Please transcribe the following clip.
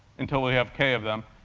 until we have k of them.